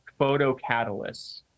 photocatalysts